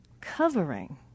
covering